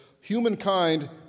humankind